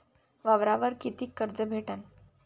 वावरावर कितीक कर्ज भेटन?